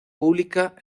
pública